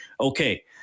Okay